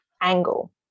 Angle